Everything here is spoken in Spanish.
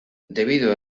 debido